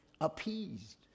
appeased